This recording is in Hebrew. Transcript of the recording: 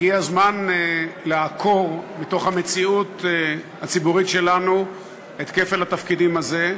הגיע הזמן לעקור מתוך המציאות הציבורית שלנו את כפל התפקידים הזה.